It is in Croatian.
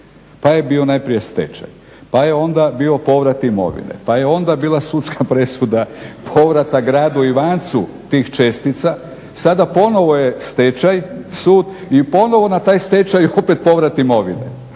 pa je bio najprije stečaj, pa je onda bio povrat imovine, pa je onda bila sudska presuda povrata gradu Ivancu tih čestica, sada ponovo je stečaj sud i ponovo na taj stečaj opet povrat imovine.